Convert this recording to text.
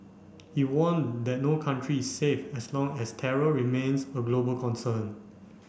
he warned that no country is safe as long as terror remains a global concern